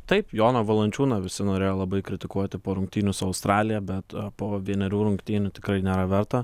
taip joną valančiūną visi norėjo labai kritikuoti po rungtynių su australija bet po vienerių rungtynių tikrai nėra verta